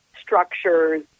structures